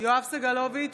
יואב סגלוביץ'